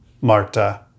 Marta